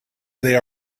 they